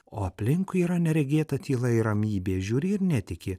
o aplinkui yra neregėta tyla ir ramybė žiūri ir netiki